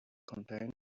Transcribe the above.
container